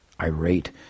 irate